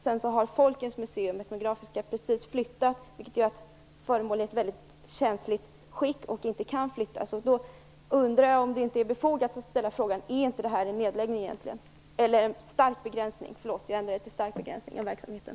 Dessutom har Folkets Museum Etnografiska precis flyttat, vilket gör att föremål är i ett väldigt känsligt skick och inte kan flyttas igen. Då undrar jag om det inte är befogat att ställa frågan: Innebär inte detta en stark begränsning av verksamheten?